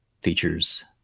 features